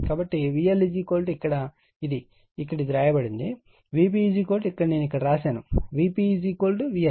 కాబట్టి VL ఇక్కడ ఇది ఇక్కడ వ్రాయబడింది Vp ఇక్కడ నేను ఇక్కడ వ్రాశాను Vp VL